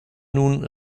nun